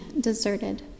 deserted